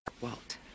Walt